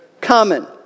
common